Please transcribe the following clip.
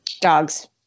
Dogs